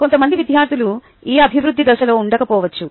కొంతమంది విద్యార్థులు ఈ అభివృద్ధి దశలో ఉండకపోవచ్చు